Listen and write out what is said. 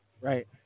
Right